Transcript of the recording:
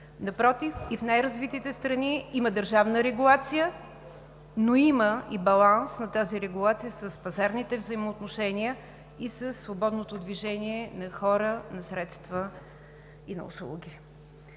Напротив, и в най-развити страни има държавна регулация, но има и баланс на тази регулация с пазарните взаимоотношения и със свободното движение на хора, на средства и на услуги.